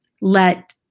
let